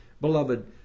beloved